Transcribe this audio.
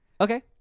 Okay